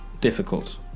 difficult